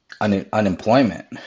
unemployment